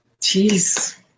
Jeez